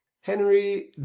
Henry